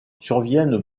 surviennent